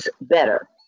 better